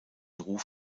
ruf